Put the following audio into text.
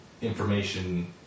information